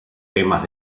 temas